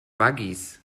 waggis